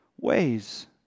ways